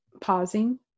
pausing